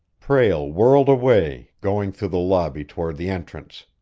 prale whirled away, going through the lobby toward the entrance.